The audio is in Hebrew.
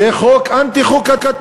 זה חוק אנטי-חוקתי,